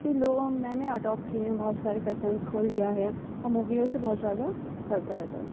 کہ لوگوں میں نے اڈاپ کیے ہیں بہت سارے فیشنس کو لیا ہے اور موویوں سے بہت زیادہ چلتا رہتا ہے